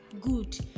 good